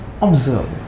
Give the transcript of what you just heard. observe